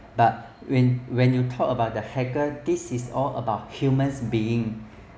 but when when you talk about the hacker this is all about humans being